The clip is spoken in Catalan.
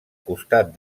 costat